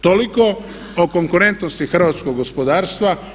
Toliko o konkurentnosti hrvatskog gospodarstva.